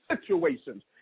situations